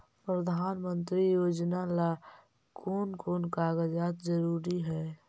प्रधानमंत्री योजना ला कोन कोन कागजात जरूरी है?